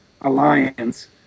alliance